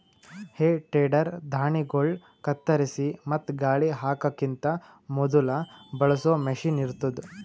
ಹೇ ಟೆಡರ್ ಧಾಣ್ಣಿಗೊಳ್ ಕತ್ತರಿಸಿ ಮತ್ತ ಗಾಳಿ ಹಾಕಕಿಂತ ಮೊದುಲ ಬಳಸೋ ಮಷೀನ್ ಇರ್ತದ್